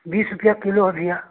बीस रुपया किलो है भैया